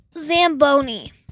zamboni